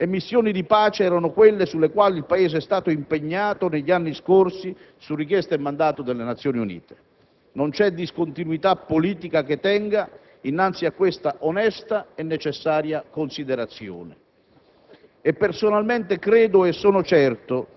che missione di pace è questa del Libano e missioni di pace erano quelle nelle quali il Paese era stato impegnato negli anni scorsi su richiesta e mandato delle Nazioni Unite. Non c'è discontinuità politica che tenga dinanzi a questa onesta e necessaria considerazione.